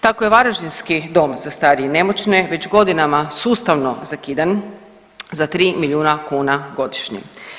Tako je varaždinski dom za starije i nemoćne već godinama sustavno zakidan za tri milijuna kuna godišnje.